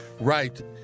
right